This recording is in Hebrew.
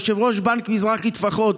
יושב-ראש בנק מזרחי-טפחות,